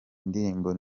indirimbo